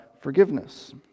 forgiveness